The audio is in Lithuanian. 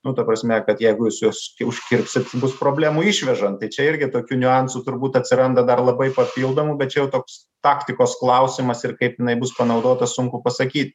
nu ta prasme kad jeigu jūs juos užkirpsit bus problemų išvežant čia irgi tokių niuansų turbūt atsiranda dar labai papildomų bet čia jau toks taktikos klausimas ir kaip jinai bus panaudota sunku pasakyt